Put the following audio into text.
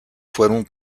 fueron